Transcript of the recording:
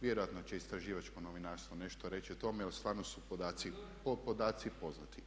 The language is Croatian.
Vjerojatno će istraživačko novinarstvo nešto reći o tome, jer stvarno su podaci poznati.